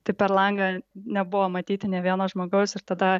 tai per langą nebuvo matyti nė vieno žmogaus ir tada